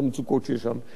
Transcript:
את המצוקות שיש שם.